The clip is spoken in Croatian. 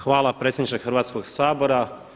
Hvala predsjedniče Hrvatskog sabora.